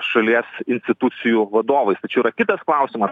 šalies institucijų vadovais tačiau yra kitas klausimas